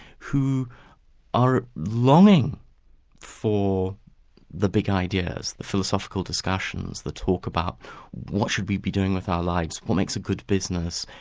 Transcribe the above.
who are longing for the big ideas, the philosophical discussions, the talk about what should we be doing with our lives? what makes a good business?